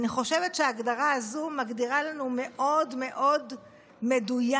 אני חושבת שההגדרה הזו מגדירה לנו מאוד מאוד מדויק